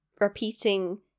repeating